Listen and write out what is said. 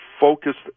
focused